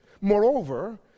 Moreover